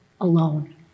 alone